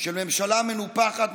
של ממשלה מנופחת,